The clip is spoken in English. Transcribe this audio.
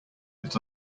that